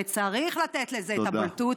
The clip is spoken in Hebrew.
וצריך לתת לזה את הבולטות,